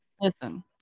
Listen